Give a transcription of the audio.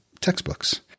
textbooks